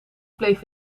bleef